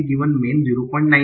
man 09 है